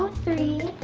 ah three